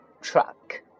truck